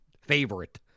favorite